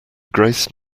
grace